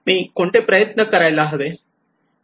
मी कोणते प्रयत्न करायला हवे